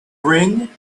ring